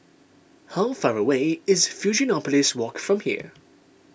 how far away is Fusionopolis Walk from here